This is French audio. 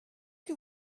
que